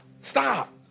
stop